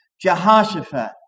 Jehoshaphat